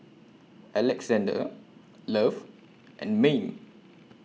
Alexzander Love and Mayme